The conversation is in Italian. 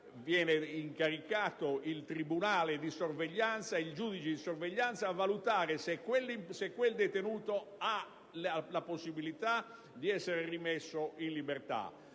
viene incaricato il giudice di sorveglianza di valutare se quel detenuto ha la possibilità di essere rimesso in libertà,